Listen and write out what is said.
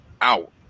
out